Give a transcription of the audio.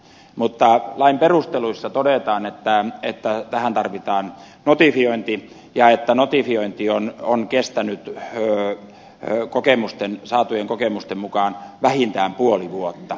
huhtikuuta mutta lain perusteluissa todetaan että tähän tarvitaan notifiointi ja että notifiointi on kestänyt saatujen kokemusten mukaan vähintään puoli vuotta